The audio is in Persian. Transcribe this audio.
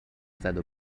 زدو